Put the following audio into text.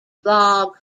blog